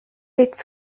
its